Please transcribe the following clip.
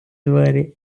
двері